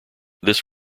this